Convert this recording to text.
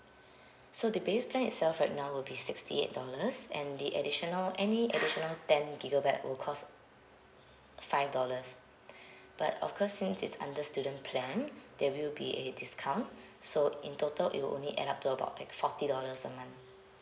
so the base plan itself right now will be sixty eight dollars and the additional any additional ten gigabyte will cost five dollars but of course since it's under student plan there will be a discount so in total it will only add up to about like forty dollars a month